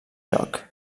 joc